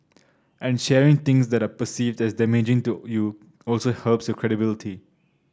and sharing things that are perceived as damaging to you also helps your credibility